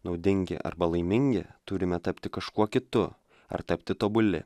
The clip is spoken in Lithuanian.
naudingi arba laimingi turime tapti kažkuo kitu ar tapti tobuli